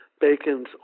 Bacon's